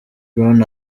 brown